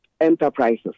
enterprises